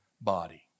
body